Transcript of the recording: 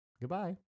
Goodbye